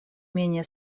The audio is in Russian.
менее